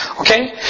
Okay